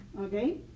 okay